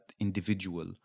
individual